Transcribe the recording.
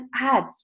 ads